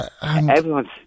Everyone's